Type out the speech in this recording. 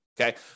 Okay